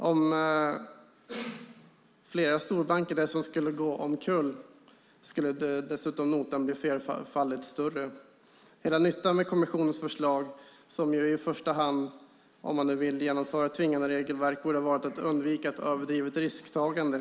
Om flera storbanker dessutom skulle gå omkull skulle notan bli flerfaldigt större. Hela nyttan med kommissionens förslag, i första hand om man vill genomföra ett tvingande regelverk, borde vara att undvika ett överdrivet risktagande.